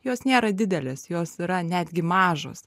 jos nėra didelės jos yra netgi mažos